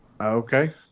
Okay